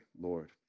Lord